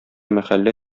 мәхәллә